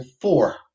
Four